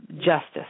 justice